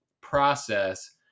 process